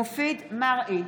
אתה יודע, זה השלטון הקומוניסטי.